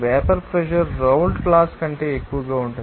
vapour pressure Raoult laws కంటే ఎక్కువగా ఉంటుంది